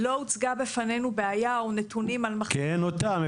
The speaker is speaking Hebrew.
לא הוצגה בפנינו בעיה או נתונים --- כי אין אותם,